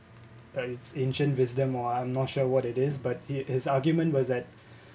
uh it's ancient wisdom or I'm not sure what it is but it his argument was that